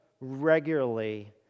regularly